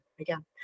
again